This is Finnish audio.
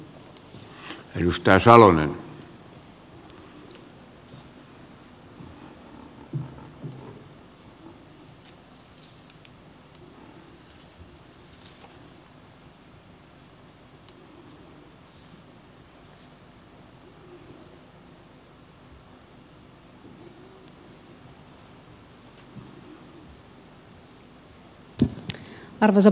arvoisa puhemies